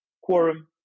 quorum